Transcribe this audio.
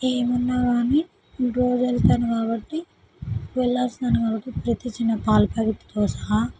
ఇంకేమున్నా కానీ నేను ప్రతీరోజు వెళతాను కాబట్టి వెళ్ళి వస్తాను కాబట్టి ప్రతీ చిన్న పాల ప్యాకెట్తో సహా